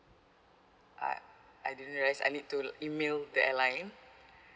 I I didn't realise I need to email the airline